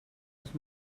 els